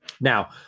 now